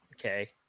okay